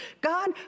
God